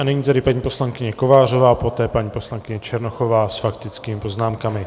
A nyní tedy paní poslankyně Kovářová, poté paní poslankyně Černochová s faktickými poznámkami.